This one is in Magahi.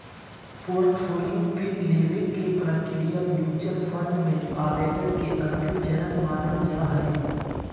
पोर्टफोलियो पिन लेबे के प्रक्रिया म्यूच्यूअल फंड मे आवेदन के अंतिम चरण मानल जा हय